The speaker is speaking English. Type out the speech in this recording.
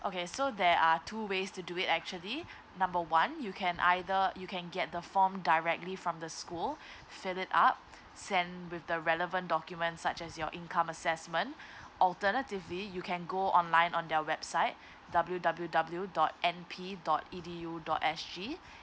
okay so there are two ways to do it actually number one you can either you can get the form directly from the school fill it up send with the relevant documents such as your income assessment alternatively you can go online on their website W W W dot N P dot E D U dot S G